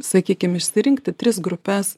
sakykim išsirinkti tris grupes